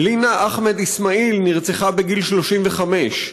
לינא אחמד איסמאעיל נרצחה בגיל 35,